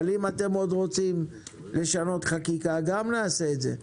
אבל אם אתם רוצים לשנות חקיקה, גם נעשה את זה.